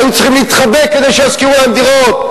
היו צריכים להתחבא כדי שישכירו להם דירות.